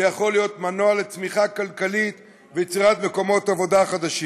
ויכול להיות מנוע לצמיחה כלכלית וליצירת מקומות עבודה חדשים.